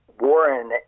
Warren